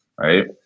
right